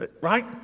right